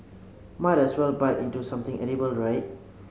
might as well bite into something edible right